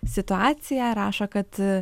situaciją rašo kad